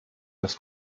das